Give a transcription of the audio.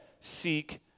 seek